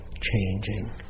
changing